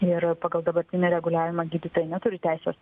ir pagal dabartinį reguliavimą gydytojai neturi teisės